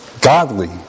godly